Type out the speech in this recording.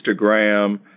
Instagram